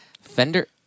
Fender –